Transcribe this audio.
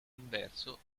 inverso